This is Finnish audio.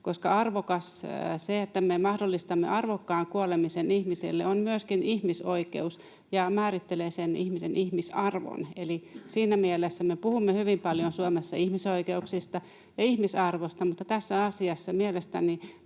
Se, että me mahdollistamme arvokkaan kuolemisen ihmiselle, on myöskin ihmisoikeus ja määrittelee sen ihmisen ihmisarvon. Me puhumme hyvin paljon Suomessa ihmisoikeuksista ja ihmisarvosta, mutta tässä asiassa mielestäni